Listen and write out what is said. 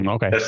Okay